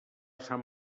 sant